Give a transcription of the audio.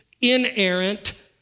inerrant